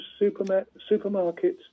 supermarkets